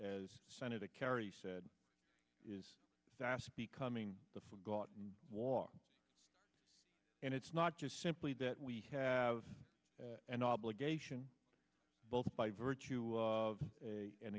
as senator kerry said is ask becoming the forgotten war and it's not just simply that we have an obligation both by virtue of